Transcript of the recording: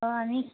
অঁ আমি